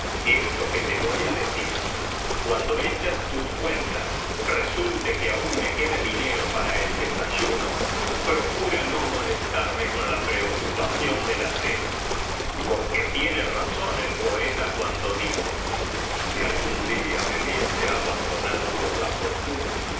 esto que te voy á decir cuando hechas tus cuentas resulte que aún me quede dinero para el desayuno biblioteca valenciana generalitat valenciana historia de dulce amiga procura no molestarme con la preocupación de la cena porque tiene razón el poeta cuando dice si algún día me viese abandonado por la fortuna